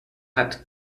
hat